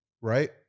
right